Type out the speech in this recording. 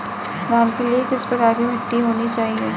धान के लिए किस प्रकार की मिट्टी होनी चाहिए?